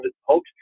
hoped